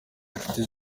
nshuti